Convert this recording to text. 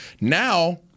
Now